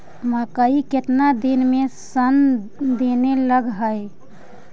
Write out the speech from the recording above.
मकइ केतना दिन में शन देने लग है?